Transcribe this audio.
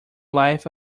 life